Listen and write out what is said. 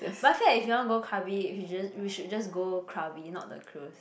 but I feel like if you wanna go Krabi if should just we should just go Krabi not the cruise